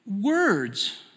Words